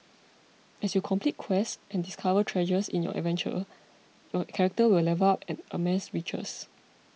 as you complete quests and discover treasures in your adventure your character will level up and amass riches